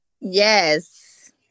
Yes